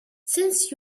since